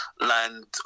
land